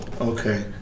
okay